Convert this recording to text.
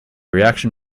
reaction